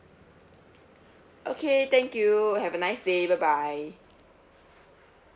okay thank you have a nice day bye bye